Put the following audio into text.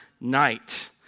night